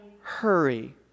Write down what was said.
Hurry